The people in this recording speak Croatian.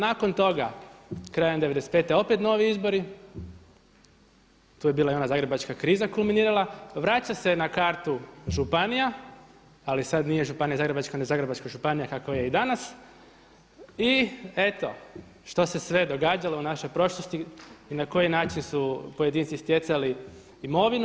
Nakon toga krajem '95. opet novi izbori, tu je bila i ona zagrebačka kriza kulminirala, vraća se na kartu županija, ali sada nije županija zagrebačka, nego Zagrebačka županija kakva je i danas i eto što se sve događalo u našoj prošlosti i na koji način su pojedinci stjecali imovinu.